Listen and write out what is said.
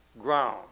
ground